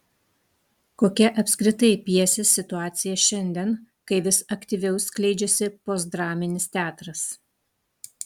kokia apskritai pjesės situacija šiandien kai vis aktyviau skleidžiasi postdraminis teatras